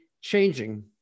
changing